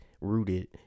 rooted